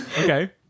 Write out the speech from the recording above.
Okay